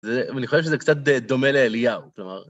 ואני חושב שזה קצת דומה לאליהו, כלומר...